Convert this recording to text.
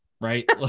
right